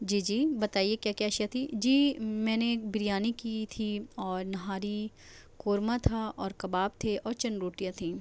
جی جی بتائیے کیا کیا اشیا تھی جی میں نے ایک بریانی کی تھی اور نہاری قورمہ تھا اور کباب تھے اور چند روٹیاں تھیں